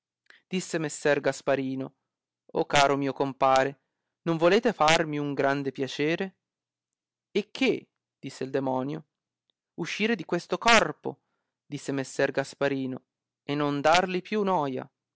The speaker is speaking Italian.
disse messer gasparino caro mio compare non volete farmi un grande piacere e che disse il demonio uscire di questo corpo disse messer gasparino e non darli più noia